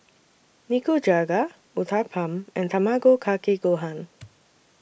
Nikujaga Uthapam and Tamago Kake Gohan